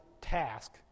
task